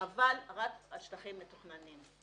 אבל רק על שטחים מתוכננים.